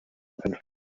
and